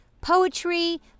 Poetry